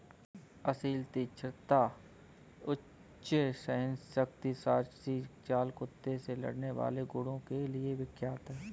असील तीक्ष्णता, उच्च सहनशक्ति राजसी चाल कुत्ते से लड़ने वाले गुणों के लिए विख्यात है